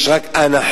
יש רק אנחות,